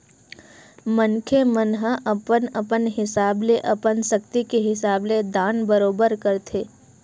मनखे मन ह अपन अपन हिसाब ले अपन सक्ति के हिसाब ले दान बरोबर करथे